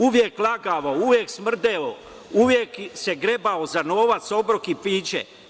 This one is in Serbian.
Uvek lagao, uvek smrdeo, uvek se grebao za novac, obrok i piće.